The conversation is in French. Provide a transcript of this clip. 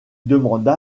demanda